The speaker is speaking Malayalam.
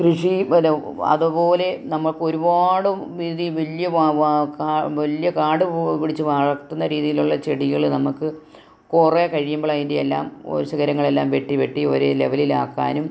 കൃഷി പിന്നെ അതുപോലെ നമുക്ക് ഒരുപാട് ഇതി വലിയ വാ വാ കാ വലിയ കാട് പോ പിടിച്ച് വളർത്തുന്ന രീതിയിലുള്ള ചെടികൾ നമുക്ക് കുറെ കഴിയുമ്പോളതിൻ്റെ എല്ലാം ശിഖരങ്ങളെല്ലാം വെട്ടി വെട്ടി ഒരേ ലെവലിൽ ആക്കാനും